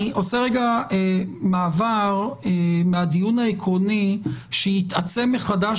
אני עושה רגע מעבר מהדיון העקרוני שיתעצם מחדש,